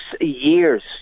years